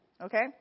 okay